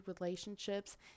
relationships